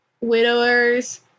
widowers